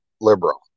Liberal